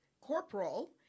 Corporal